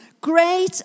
Great